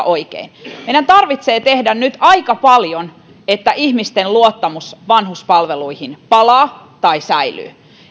oikein meidän tarvitsee tehdä nyt aika paljon että ihmisten luottamus vanhuspalveluihin palaa tai säilyy